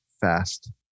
fast